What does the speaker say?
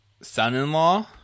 Son-in-law